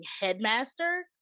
Headmaster